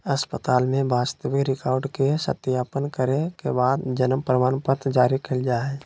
अस्पताल के वास्तविक रिकार्ड के सत्यापन करे के बाद जन्म प्रमाणपत्र जारी कइल जा हइ